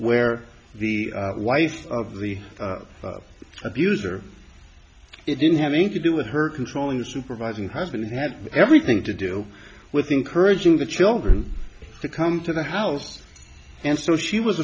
where the wife of the abuser it didn't have anything to do with her controlling supervising husband had everything to do with encouraging the children to come to the house and so she was